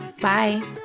Bye